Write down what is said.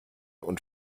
und